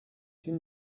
une